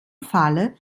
falle